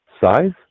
Size